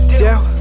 deal